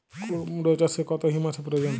কুড়মো চাষে কত হিউমাসের প্রয়োজন?